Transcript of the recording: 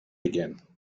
again